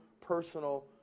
personal